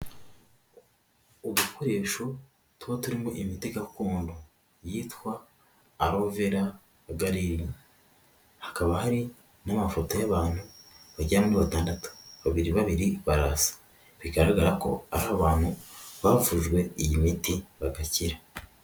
Udukoresho tuba turimo imiti gakondo yitwa arovera garire, hakaba hari n'amafoto y'abantu bagera muri batandatu, babiri babiri barasa, bigaragara ko ari abantu bavujwe iyi miti bagakira.